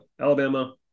Alabama